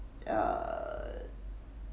uh